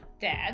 dad